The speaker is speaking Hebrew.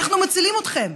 אנחנו מצילים אתכם.